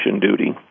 duty